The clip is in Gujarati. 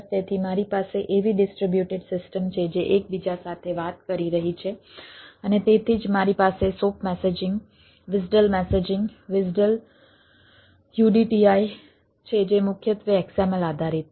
તેથી મારી પાસે એવી ડિસ્ટ્રીબ્યુટેડ સિસ્ટમ છે જે એકબીજા સાથે વાત કરી રહી છે અને તેથી જ મારી પાસે SOAP messaging WSDL messaging WSDL UDTI છે જે મુખ્યત્વે XML આધારિત છે